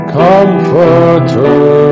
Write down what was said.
comforter